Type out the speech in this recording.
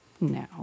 no